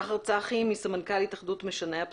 נפנה לשחר צחי, סמנכ"ל התאחדות משנעי הפסולת.